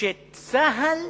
ושצה"ל